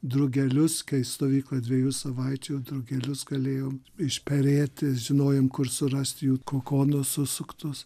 drugelius kai stovykla dviejų savaičių drugelius galėjom išperėti žinojom kur surasti jų kokonus susuktus